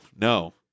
No